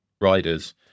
riders